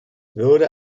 würde